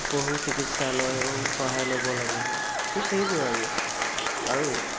পশু চিকিৎসালয়ৰ সহায় ল'ব লাগিব ঠিক সেইবোৰে আৰু আৰু